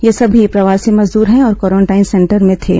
ये सभी प्रवासी मजदूर हैं और क्वारेंटाइन सेंटर में थे